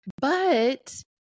But-